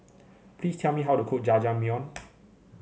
please tell me how to cook Jajangmyeon